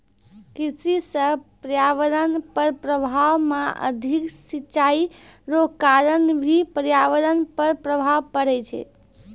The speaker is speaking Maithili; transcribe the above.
कृषि से पर्यावरण पर प्रभाव मे अधिक सिचाई रो कारण भी पर्यावरण पर प्रभाव पड़ै छै